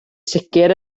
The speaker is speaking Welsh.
sicr